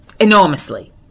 enormously